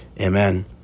Amen